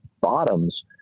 bottoms